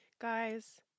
Guys